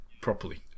properly